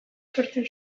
sortzen